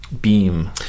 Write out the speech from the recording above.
Beam